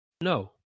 no